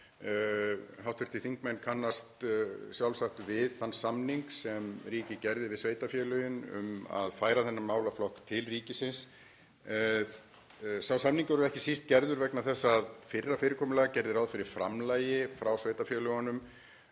ástæðum. Hv. þingmenn kannast sjálfsagt við þann samning sem ríkið gerði við sveitarfélögin um að færa þennan málaflokk til ríkisins. Sá samningur var ekki síst gerður vegna þess að fyrra fyrirkomulag gerði ráð fyrir framlagi frá sveitarfélögunum,